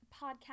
podcast